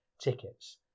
tickets